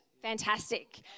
Fantastic